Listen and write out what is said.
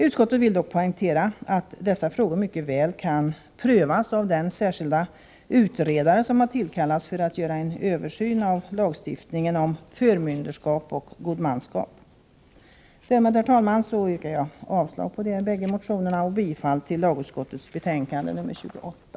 Utskottet vill dock poängtera att dessa frågor mycket väl kan prövas av den särskilda utredare som tillkallats för att göra en översyn av lagstiftningen om förmynderskap och godmanskap. Därmed, herr talman, yrkar jag avslag på bägge motionerna och bifall till lagutskottets hemställan i betänkande nr 28.